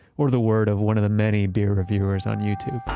or the word of one of the many beer reviewers on youtube. ah